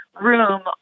room